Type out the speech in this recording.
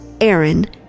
Aaron